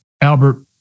albert